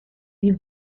def